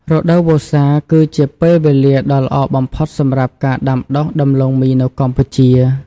រដូវវស្សាគឺជាពេលវេលាដ៏ល្អបំផុតសម្រាប់ការដាំដុះដំឡូងមីនៅកម្ពុជា។